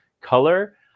color